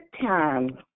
time